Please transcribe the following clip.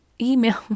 email